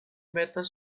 matters